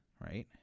right